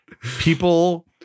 People